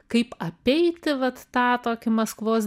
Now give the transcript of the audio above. kaip apeiti vat tą tokį maskvos